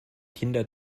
kinder